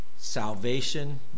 salvation